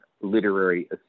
literary